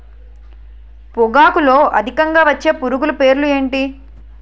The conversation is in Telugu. పొగాకులో అధికంగా వచ్చే పురుగుల పేర్లు ఏంటి